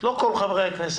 - לא כל חברי הכנסת.